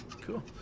Cool